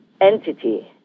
entity